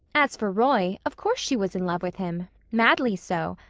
as for roy, of course she was in love with him madly so.